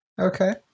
Okay